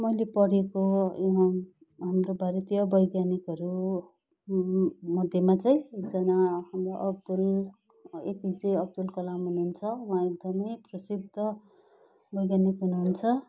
मैले पढेको हाम्रो भारतीय वैज्ञानिकहरूमध्येमा चाहिँ एकजना Abdul A P J Abdul Kalam हुनुहुन्छ उहाँ एकदमै प्रसिद्ध वैज्ञानिक हुनुहुन्छ